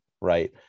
Right